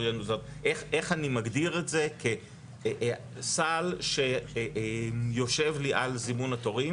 איך אני מגדיר את זה כסל שיושב לי על זימון התורים